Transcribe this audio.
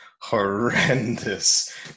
horrendous